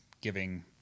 giving